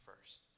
first